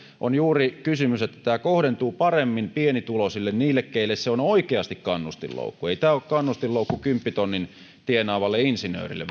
on juuri kysymys että tämä kohdentuu paremmin pienituloisille heille joille se on oikeasti kannustinloukku ei tämä ulosottokysymys tai suojaosuuden nostaminen välttämättä ole kannustinloukku kymppitonnin tienaavalle insinöörille